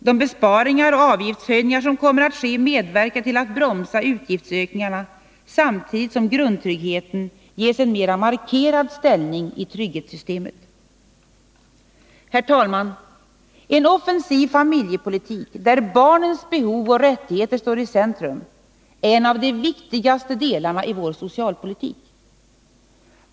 De besparingar och avgiftshöjningar som kommer att ske medverkar till att bromsa utgiftsökningarna, samtidigt som grundtryggheten ges en mera markerad ställning i trygghetssystemen. Herr talman! En offensiv familjepolitik där barnens behov och rättigheter står i centrum är en av de viktigaste delarna i vår socialpolitik.